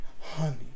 honey